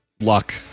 luck